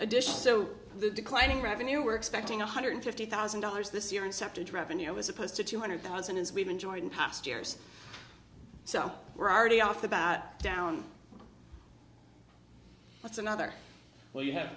a dish so the declining revenue we're expecting one hundred fifty thousand dollars this year incepted revenue as opposed to two hundred thousand is we've enjoyed in past years so we're already off the bat down that's another well you have